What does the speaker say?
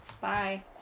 Bye